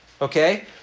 okay